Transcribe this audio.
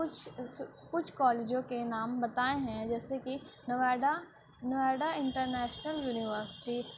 کچھ کچھ کالجوں کے نام بتائے ہیں جیسے کہ نوئیڈا نوئیڈا انٹرنیشنل یونیورسٹی